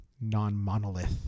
non-monolith